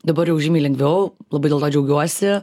dabar jau žymiai lengviau labai dėl to džiaugiuosi